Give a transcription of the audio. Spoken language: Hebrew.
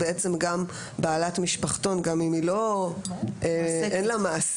ושאלה היא האם תוכל לבקש גם בעלת משפחתון גם אם אין לה מעסיק.